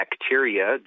bacteria